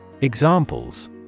Examples